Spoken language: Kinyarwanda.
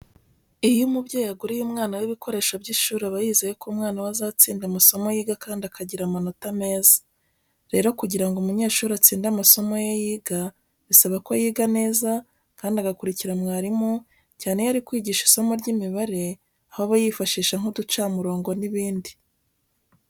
Iyo umubyeyi aguriye umwana we ibikoresho by'ishuri aba yizeye ko umwana we azatsinda amasomo yiga kandi akagira amanota meza. Rero kugira ngo umunyeshuri atsinde amasomo ye yiga bisaba ko yiga neza kandi agakurikira mwarimu cyane iyo ari kwiga isomo ry'imibare, aho aba yifashisha nk'uducamurongo n'ibindi.